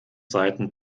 seiten